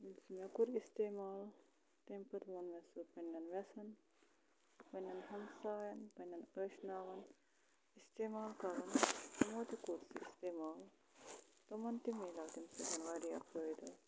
ییٚلہِ سُہ مےٚ کوٚر اِستعمال تَمہِ پَتہٕ ووٚن مےٚ سُہ پنٛنٮ۪ن وٮ۪سَن پنٛنٮ۪ن ہَمسایَن پنٛنٮ۪ن ٲشناوَن اِستعمال کَرُن تِمو تہِ کوٚر سُہ اِستعمال تِمَن تہِ مِلیو تَمہِ سۭتۍ واریاہ فٲیدٕ